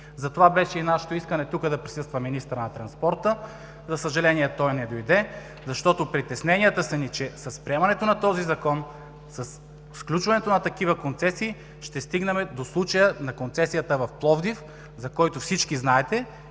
Затова беше нашето искане тук да присъства министърът на транспорта. За съжаление, той не дойде. Притесненията ни са, че с приемането на този Закон, със сключването на такива концесии ще стигнем до случая на концесията в Пловдив, за който всички знаете